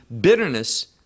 bitterness